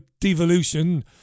devolution